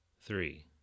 Three